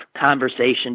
conversation